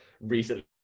recently